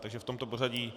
Takže v tomto pořadí.